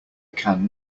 can